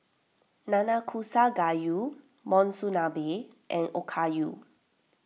Nanakusa Gayu Monsunabe and Okayu